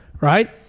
right